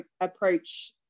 approach